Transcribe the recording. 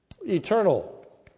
eternal